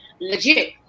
legit